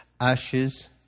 ashes